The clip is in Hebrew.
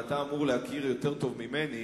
ואתה אמור להכיר אותו יותר טוב ממני,